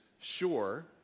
sure